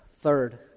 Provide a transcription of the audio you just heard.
third